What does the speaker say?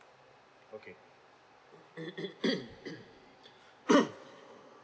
okay